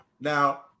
Now